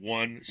one